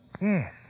Yes